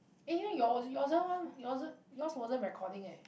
eh ya your yours wasn't recording eh